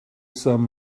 some